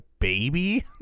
baby